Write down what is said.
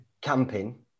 Camping